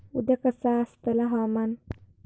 उद्या कसा आसतला हवामान?